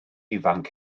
ifanc